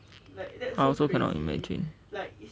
I also cannot imagine